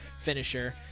Finisher